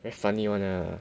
very funny [one] lah